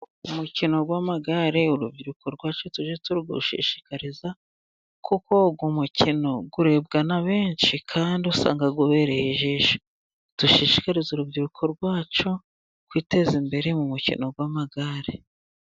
Umukino w'amagare urubyiruko rwacu tuje turuwushishikariza, kuko uba umukino urerebwa na benshi kandi usanga ubereye ijisho, dushishikaze urubyiruko rwacu kwiteza imbere mu mukino w'amagare.